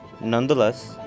Nonetheless